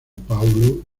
paulo